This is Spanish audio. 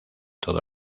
todo